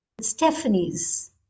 Stephanie's